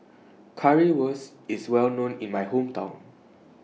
Currywurst IS Well known in My Hometown